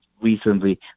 recently